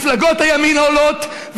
מפלגות הימין עולות,